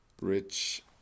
Rich